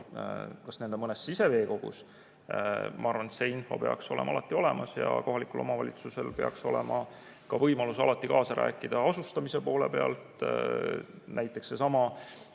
kalavarudega mõnes siseveekogus, see info peaks olema alati olemas. Kohalikul omavalitsusel peaks olema ka võimalus alati kaasa rääkida asustamise poole pealt. Jälle seesama